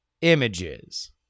images